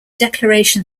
declaration